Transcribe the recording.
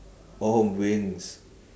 oh wings